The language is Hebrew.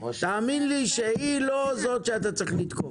תאמין לי שהיא לא זאת שאתה צריך לתקוף.